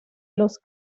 los